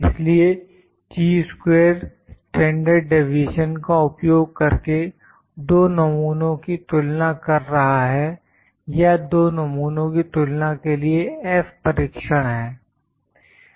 इसलिए chi square standard deviation का उपयोग करके 2 नमूनों की तुलना कर रहा है या 2 नमूनों की तुलना के लिए F परीक्षण है